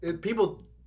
people